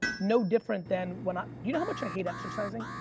no different than when i you know how much i hate exercising?